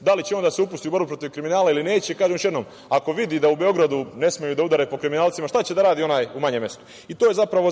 da li će on da se upusti u borbu protiv kriminala ili neće. Kažem još jednom, ako vidi da u Beogradu ne smeju da udare po kriminalcima, šta će da radi onaj u manjem mestu? To je zapravo